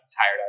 tired